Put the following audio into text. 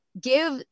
give